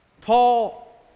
Paul